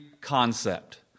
concept